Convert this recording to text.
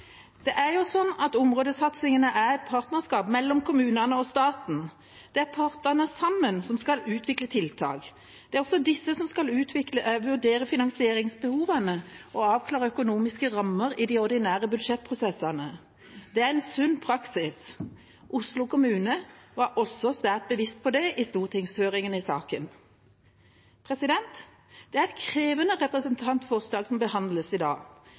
Områdesatsingene er et partnerskap mellom kommunene og staten. Det er partene sammen som skal utvikle tiltak. Det er også disse som skal vurdere finansieringsbehovene og avklare økonomiske rammer i de ordinære budsjettprosessene. Det er en sunn praksis. Oslo kommune var også svært bevisst på det i stortingshøringen om saken. Det er et krevende representantforslag som behandles i dag.